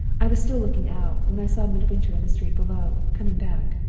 i was still looking out, when i saw midwinter in the street below, coming back.